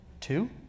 Two